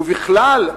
ובכלל,